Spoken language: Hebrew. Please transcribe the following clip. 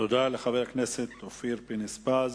תודה לחבר הכנסת אופיר פינס-פז.